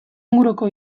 inguruko